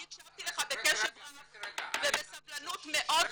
הקשבתי לך בקשב רב ובסבלנות מאוד רבה.